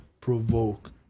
provoke